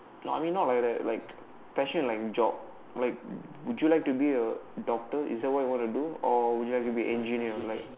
no I mean not like like like passion like job like would you like to be a doctor is that what you want to do or would you like to be engineer like